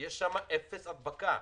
יש שם אפס הדבקה,